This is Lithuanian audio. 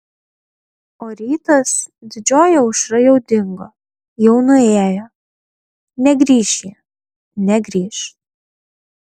o rytas didžioji aušra jau dingo jau nuėjo negrįš ji negrįš